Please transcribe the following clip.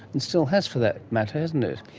and still has for that matter, hasn't it.